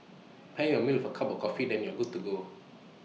pair your meal for A cup of coffee then you're good to go